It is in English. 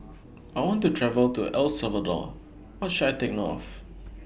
I want to travel to El Salvador What should I Take note of